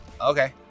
Okay